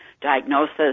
diagnosis